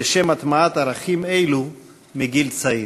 לשם הטמעת ערכים אלו מגיל צעיר.